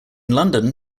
london